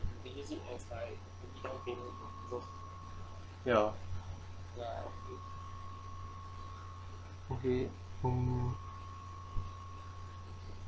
ya okay um